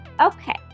Okay